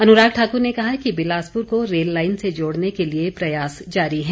अनुराग ठाकुर ने कहा कि बिलासपुर को रेल लाईन से जोड़ने के लिए प्रयास जारी है